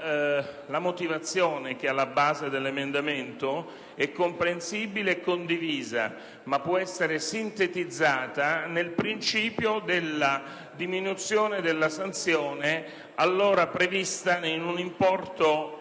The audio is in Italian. La motivazione alla base dell'emendamento, che è comprensibile e condivisa, può essere sintetizzata nel principio della diminuzione della sanzione (allora prevista in un importo